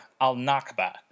al-Nakba